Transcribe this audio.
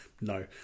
No